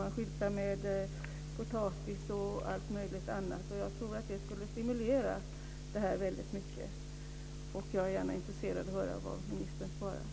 Man skyltar med potatis och allt möjligt annat. Det som vi har talat om skulle stimulera till sådant. Jag är intresserad av att höra vad ministern svarar.